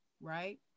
right